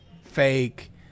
fake